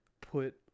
put